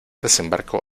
desembarco